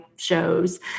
shows